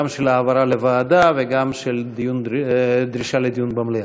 גם של העברה לוועדה וגם דרישה לדיון במליאה.